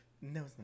No